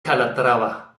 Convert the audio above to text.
calatrava